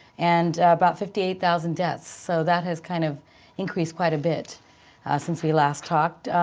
and about fifty eight thousand deaths. so that has kind of increased quite a bit since we last talked.